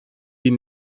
die